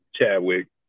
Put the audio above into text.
Chadwick